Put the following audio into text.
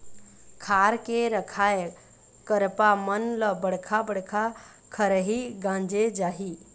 खार के रखाए करपा मन ल बड़का बड़का खरही गांजे जाही